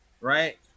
Right